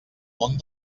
món